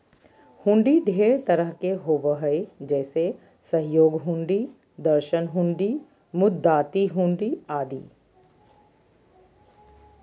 हुंडी ढेर तरह के होबो हय जैसे सहयोग हुंडी, दर्शन हुंडी, मुदात्ती हुंडी आदि